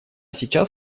сейчас